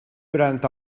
durant